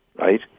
right